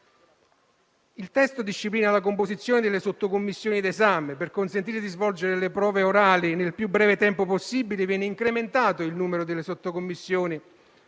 Il testo disciplina la composizione delle sottocommissioni d'esame: per consentire di svolgere le prove orali nel più breve tempo possibile viene incrementato il numero delle sottocommissioni